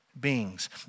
beings